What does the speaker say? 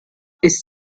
ist